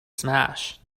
smash